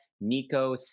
Nico